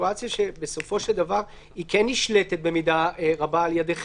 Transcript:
הוא יעשה נוהל פנימי